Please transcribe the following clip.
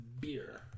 beer